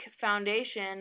foundation